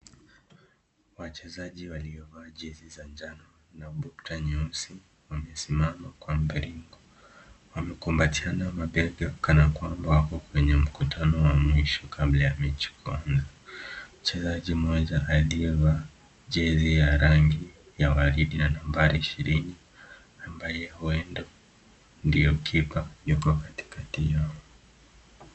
Wachezaji waliovaa jezi za njano na bukta nyeusi wamesimama kwa mviringo. Wamekumbatiana mabega kana kwamba wako kwenye mkutano wa mwisho kabla ya mechi kuanza. Mchezaji mmoja aliyeevaa jezi ya rangi ya waridi ya nambari ishirini ambaye huenda ndiye kipa, yuko katikati yao.